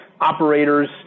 operators